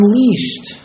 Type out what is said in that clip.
unleashed